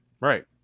Right